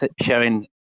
sharing